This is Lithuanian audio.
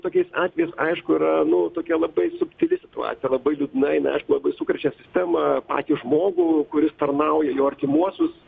tokiais atvejais aišku yra nu tokia labai subtili situacija labai liūdna jinai aišku labai sukrečia sistemą patį žmogų kuris tarnauja jo artimuosius